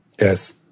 Yes